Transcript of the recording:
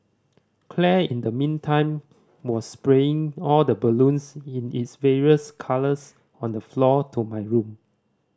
Claire in the meantime was splaying all the balloons in its various colours on the floor to my room